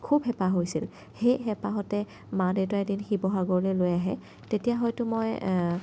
খুব হেঁপাহ হৈছিল সেই হেঁপাহতে মা দেউতাই এদিন শিৱসাগৰলৈ লৈ আহে তেতিয়া হয়তো মই